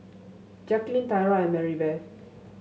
Jaclyn Tyra and Maribeth